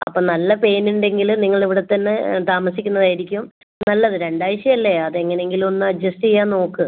അപ്പോൾ നല്ല പെയിൻ ഉണ്ടെങ്കിൽ നിങ്ങൾ ഇവിടെത്തന്നെ താമസിക്കുന്നത് ആയിരിക്കും നല്ലത് രണ്ടാഴ്ച അല്ലേ അത് എങ്ങനെയെങ്കിലും ഒന്ന് അഡ്ജസ്റ്റ് ചെയ്യാൻ നോക്ക്